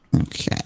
Okay